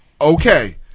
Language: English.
okay